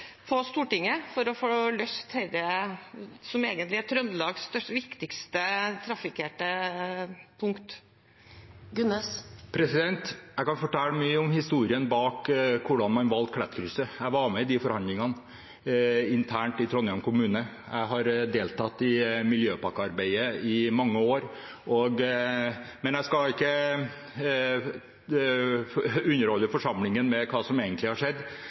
for å få løst dette som egentlig er Trøndelags viktigste trafikkerte punkt? Jeg kan fortelle mye om historien bak hvordan man valgte Klettkrysset. Jeg var med i de forhandlingene internt i Trondheim kommune. Jeg har deltatt i miljøpakkearbeidet i mange år, men jeg skal ikke underholde forsamlingen med hva som egentlig har skjedd,